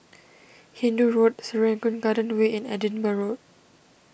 Hindoo Road Serangoon Garden Way and Edinburgh Road